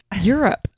Europe